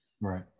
Right